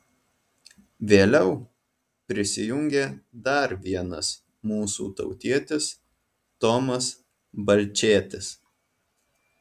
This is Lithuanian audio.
vėliau prisijungė dar vienas mūsų tautietis tomas balčėtis